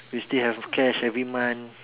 we still have cash every month